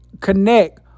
connect